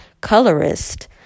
colorist